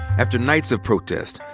after nights of protests,